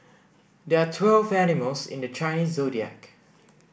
there are twelve animals in the Chinese zodiac